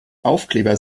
aufkleber